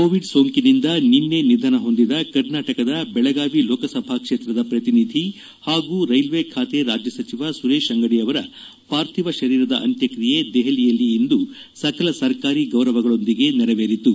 Covid ಸೋಂಕಿನಿಂದ ನಿನ್ನೆ ನಿಧನ ಹೊಂದಿದ ಕರ್ನಾಟಕದ ಬೆಳಗಾವಿ ಲೋಕಸಭಾ ಕ್ಷೇತ್ರದ ಪ್ರತಿನಿಧಿ ಹಾಗೂ ರೈಲ್ವೆ ಬಾತೆ ರಾಜ್ಯ ಸಚಿವ ಸುರೇಶ ಅಂಗಡಿ ಅವರ ಪಾರ್ಥಿವ ಶರೀರದ ಅಂತ್ಯಕ್ರಿಯೆ ದೆಹಲಿಯಲ್ಲಿಂದು ಸಕಲ ಸರ್ಕಾರಿ ಗೌರವಗಳೊಂದಿಗೆ ನೆರವೇರಿತು